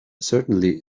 certainly